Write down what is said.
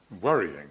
worrying